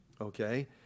okay